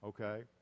okay